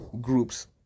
groups